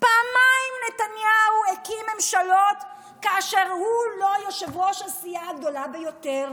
שפעמיים נתניהו הקים ממשלות כאשר הוא לא יושב-ראש הסיעה הגדולה ביותר.